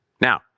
Now